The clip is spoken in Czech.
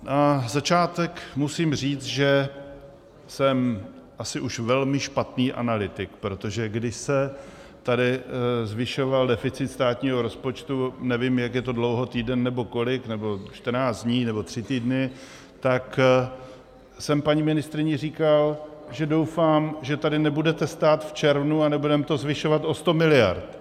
Na začátek musím říct, že jsem asi už velmi špatný analytik, protože když se tady zvyšoval deficit státního rozpočtu, nevím, jak je to dlouho, týden nebo kolik, nebo čtrnáct dní nebo tři týdny, tak jsem paní ministryni říkal, že doufám, že tady nebudete stát v červnu a nebudeme to zvyšovat o 100 miliard.